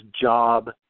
job